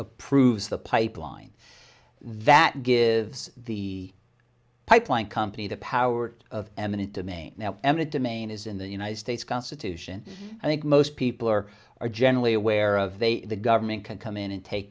approves the pipeline that gives the pipeline company the power of eminent domain now eminent domain is in the united states constitution i think most people are are generally aware of they the government can come in and take